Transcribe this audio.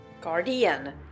Guardian